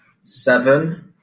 seven